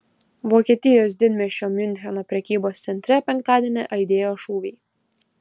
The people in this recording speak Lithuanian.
vokietijos didmiesčio miuncheno prekybos centre penktadienį aidėjo šūviai